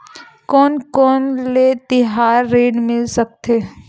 कोन कोन ले तिहार ऋण मिल सकथे?